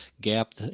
gap